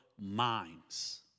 minds